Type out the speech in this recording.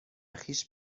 خویش